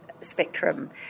spectrum